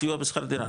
סיוע בשכר דירה,